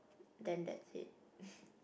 then that is